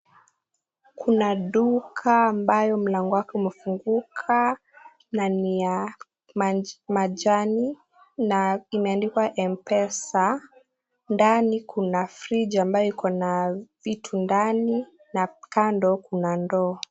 Kuna duka ambayo mlango wake umefunguka na ni ya majani na imeandikwa Mpesa. Ndani Kuna fridge ambayo iko na vitu ndani na ndani Kuna ndoo.